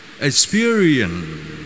experience